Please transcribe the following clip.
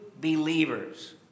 believers